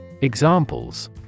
Examples